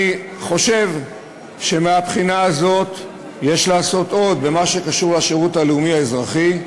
אני חושב שמהבחינה הזאת יש לעשות עוד במה שקשור לשירות הלאומי האזרחי.